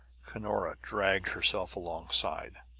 cunora dragged herself alongside.